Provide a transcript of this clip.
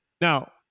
Now